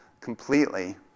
completely